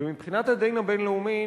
ומבחינת הדין הבין-לאומי,